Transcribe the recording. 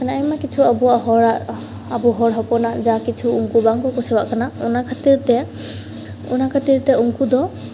ᱟᱭᱢᱟ ᱠᱤᱪᱷᱩ ᱟᱵᱚ ᱦᱚᱲᱟᱜ ᱟᱵᱚ ᱦᱚᱲ ᱦᱚᱯᱚᱱᱟᱜ ᱡᱟ ᱠᱤᱪᱷᱩ ᱩᱱᱠᱚ ᱵᱟᱝᱠᱚ ᱠᱩᱥᱤᱣᱟᱜ ᱠᱟᱱᱟ ᱚᱱᱟ ᱠᱷᱟᱹᱛᱤᱨ ᱛᱮ ᱚᱱᱟ ᱠᱷᱟᱹᱛᱤᱨ ᱛᱮ ᱩᱱᱠᱚ ᱫᱚ